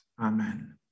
amen